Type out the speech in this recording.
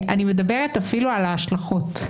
אני מדברת אפילו על ההשלכות,